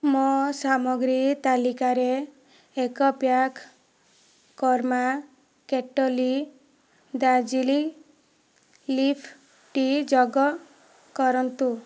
ମୋ' ସାମଗ୍ରୀ ତାଲିକାରେ ଏକ pack Karma Kettle Darjeeling leaf tea ଯୋଗ କରନ୍ତୁ